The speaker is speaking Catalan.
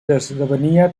esdevenia